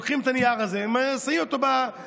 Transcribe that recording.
לוקחים את הנייר ושמים בחליפה.